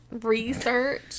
research